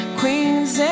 queens